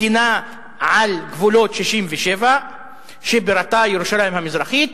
מדינה על גבולות 1967 שבירתה ירושלים המזרחית,